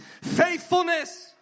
faithfulness